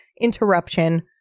interruption